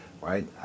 right